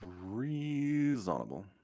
Reasonable